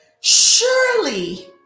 Surely